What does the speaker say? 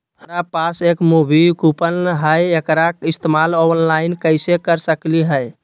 हमरा पास एक मूवी कूपन हई, एकरा इस्तेमाल ऑनलाइन कैसे कर सकली हई?